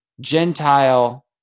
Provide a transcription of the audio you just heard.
Gentile